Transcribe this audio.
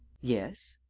yes.